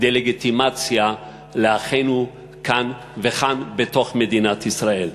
דה-לגיטימציה לאחינו כאן וכאן בתוך מדינת ישראל.